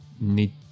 need